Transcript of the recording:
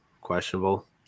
questionable